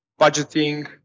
budgeting